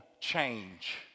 change